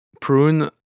prune